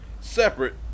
Separate